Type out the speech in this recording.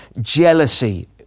jealousy